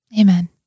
Amen